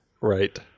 Right